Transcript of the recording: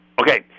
Okay